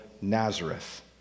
Nazareth